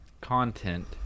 content